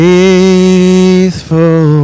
Faithful